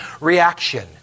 reaction